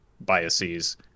Biases